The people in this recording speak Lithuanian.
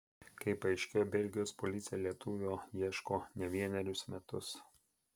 kaip paaiškėjo belgijos policija lietuvio ieško ne vienerius metus